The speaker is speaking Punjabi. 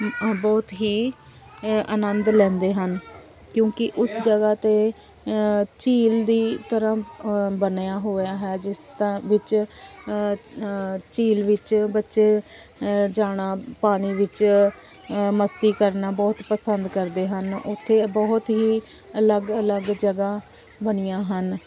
ਬਹੁਤ ਹੀ ਅ ਆਨੰਦ ਲੈਂਦੇ ਹਨ ਕਿਉਂਕਿ ਉਸ ਜਗ੍ਹਾ 'ਤੇ ਝੀਲ ਦੀ ਤਰ੍ਹਾਂ ਬਣਿਆ ਅ ਹੋਇਆ ਹੈ ਜਿਸ ਦਾ ਵਿੱਚ ਝੀਲ ਵਿੱਚ ਬੱਚੇ ਜਾਣਾ ਪਾਣੀ ਵਿੱਚ ਅ ਮਸਤੀ ਕਰਨਾ ਬਹੁਤ ਪਸੰਦ ਕਰਦੇ ਹਨ ਉੱਥੇ ਬਹੁਤ ਹੀ ਅਲੱਗ ਅਲੱਗ ਜਗ੍ਹਾ ਬਣੀਆਂ ਹਨ